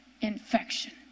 infection